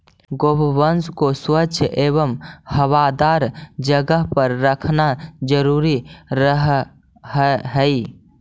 गोवंश को स्वच्छ एवं हवादार जगह पर रखना जरूरी रहअ हई